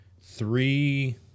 three